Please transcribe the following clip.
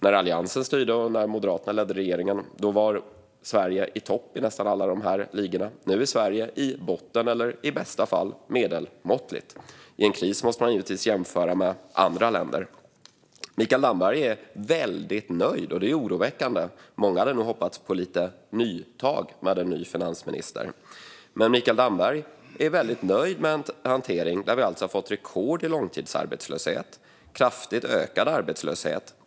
När Alliansen styrde och Moderaterna ledde regeringen var Sverige i topp i nästan alla dessa ligor. Nu är Sverige i botten eller, i bästa fall, medelmåttigt. I en kris måste man givetvis jämföra med andra länder. Mikael Damberg är väldigt nöjd, och det är oroväckande. Många hade nog hoppats på lite nya tag med en ny finansminister, men Mikael Damberg är väldigt nöjd med en hantering med vilken vi alltså har fått rekord i långtidsarbetslöshet och kraftigt ökad arbetslöshet.